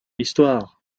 histoire